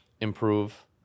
improve